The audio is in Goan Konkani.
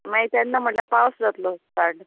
माय तेन्ना म्हटल्या पावस जातलो स्टार्ट